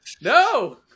No